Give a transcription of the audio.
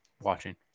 watching